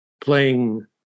playing